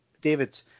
David